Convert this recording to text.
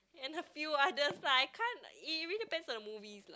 and a few others lah I can't it really depends on the movies